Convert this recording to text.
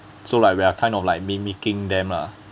so like we are kind of like mimicking them lah